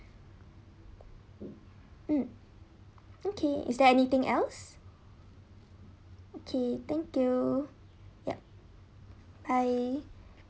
mm okay is there anything else okay thank you yup bye